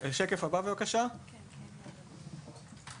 ענף המוסכים.